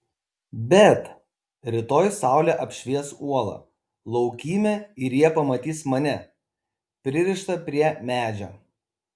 bet rytoj saulė apšvies uolą laukymę ir jie pamatys mane pririštą prie medžio